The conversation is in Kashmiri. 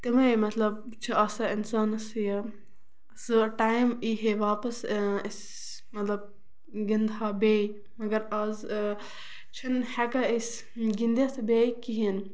تِمَے مطلب چھُ آسان اِنسانَس یہِ سُہ ٹایم ییٖہے واپَس أسۍ مطلب گِندہو بیٚیہِ مَگر آز چھُنہٕ ہٮ۪کان أسۍ گِندِتھ بیٚیہِ کِہیٖنۍ